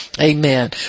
Amen